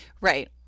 Right